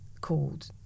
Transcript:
called